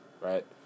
right